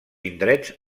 indrets